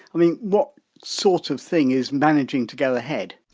i mean what sort of thing is managing to go ahead?